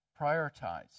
Prioritize